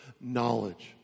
knowledge